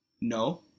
No